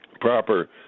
proper